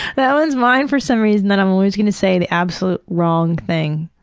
that one's mine for some reason, that i'm always gonna say the absolute wrong thing.